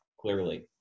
Clearly